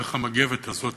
דרך המגבת הזאת,